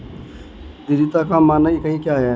धारिता का मानक इकाई क्या है?